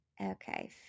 Okay